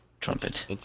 trumpet